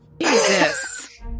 Jesus